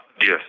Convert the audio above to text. Yes